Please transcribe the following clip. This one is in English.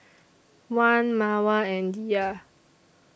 Wan Mawar and Dhia